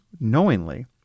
knowingly